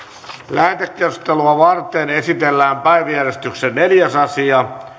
lähetekeskustelua varten esitellään päiväjärjestyksen neljäs asia